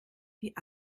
die